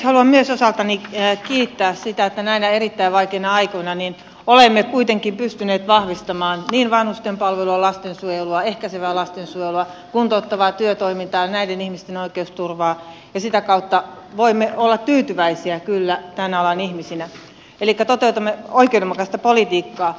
haluan myös osaltani kiittää sitä että näinä erittäin vaikeina aikoina olemme kuitenkin pystyneet vahvistamaan niin vanhustenpalvelua lastensuojelua ehkäisevää lastensuojelua kuntouttavaa työtoimintaa näiden ihmisten oikeusturvaa ja sitä kautta voimme olla tyytyväisiä kyllä tämän alan ihmisinä eli toteutamme oikeudenmukaista politiikkaa